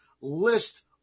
list